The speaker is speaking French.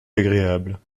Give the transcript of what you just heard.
agréable